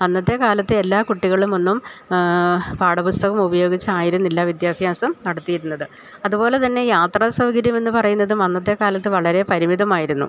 അന്നത്തെ കാലത്ത് എല്ലാ കുട്ടികളുമൊന്നും പാഠപുസ്തകമുപയോഗിച്ചായിരുന്നില്ല വിദ്യാഭ്യാസം നടത്തിയിരുന്നത് അതുപോല തന്നെ യാത്രാ സൗകര്യമെന്നു പറയുന്നതും അന്നത്തെ കാലത്തു വളരെ പരിമിതമായിരുന്നു